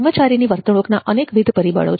કર્મચારીની વર્તણૂકના અનેકવિધ પરિબળો છે